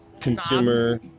consumer